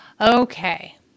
Okay